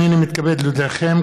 הינני מתכבד להודיעכם,